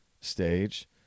stage